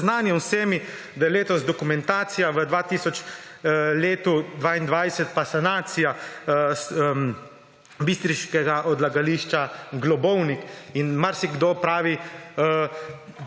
vsemi –, da je letos dokumentacija v letu 2022 pa sanacija bistriškega odlagališča Globovnik. Marsikdo pravi, da mi